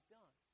done